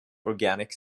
organic